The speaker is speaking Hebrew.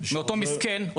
מאותו מסכן.